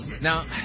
Now